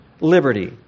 liberty